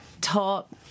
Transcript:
taught